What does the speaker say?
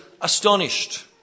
astonished